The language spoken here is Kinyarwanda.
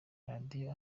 radio